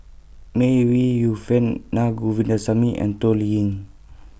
May Ooi Yu Fen Naa Govindasamy and Toh Liying